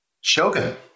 Shogun